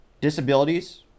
Disabilities